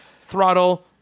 Throttle